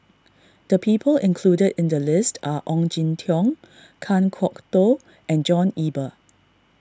the people included in the list are Ong Jin Teong Kan Kwok Toh and John Eber